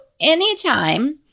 anytime